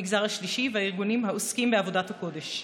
המגזר השלישי והארגונים העוסקים בעבודת הקודש.